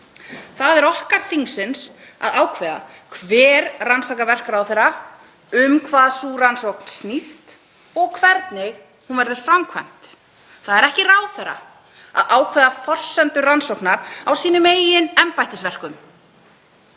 Það er okkar þingsins að ákveða hver rannsakar verk ráðherra, um hvað sú rannsókn snýst og hvernig hún verður framkvæmd. Það er ekki ráðherra að ákveða forsendur rannsóknar á sínum eigin embættisverkum,